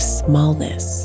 smallness